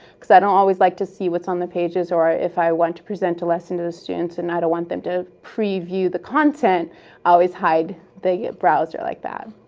because i don't always like to see what's on the pages, or if i want to present a lesson to the students, and i don't want them to preview the content, i always hide the browser like that.